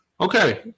Okay